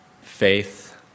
faith